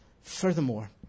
Furthermore